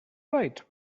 right